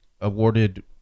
awarded